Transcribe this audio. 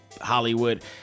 hollywood